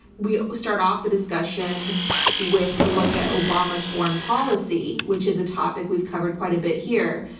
we start off the discussion with a look at obama's foreign policy, which is a topic we've covered quite a bit here.